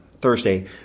Thursday